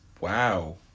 Wow